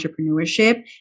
entrepreneurship